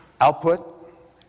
output